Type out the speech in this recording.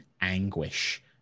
anguish